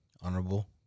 Honorable